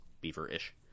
beaver-ish